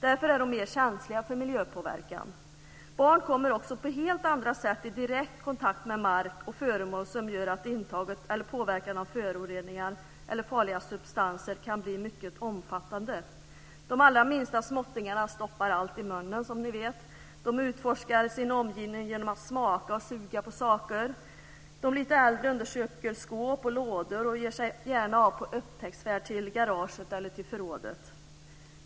Därför är barn mer känsliga för miljöpåverkan. Barn kommer också på helt andra sätt i direkt kontakt med mark och föremål som gör att intaget eller påverkan av föroreningar eller farliga substanser kan bli mycket omfattande. De allra minsta småttingarna stoppar, som ni vet, allting i munnen. De utforskar sin omgivning genom att smaka och suga på saker. De lite äldre undersöker skåp och lådor och ger sig gärna ut på upptäcktsfärd till garaget eller till förrådet.